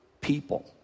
people